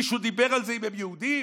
מישהו דיבר על אם הם יהודים?